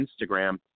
Instagram